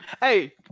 Hey